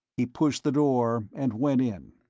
he pushed the door and went in.